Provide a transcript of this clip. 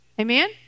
Amen